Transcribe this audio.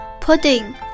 pudding